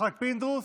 יצחק פינדרוס?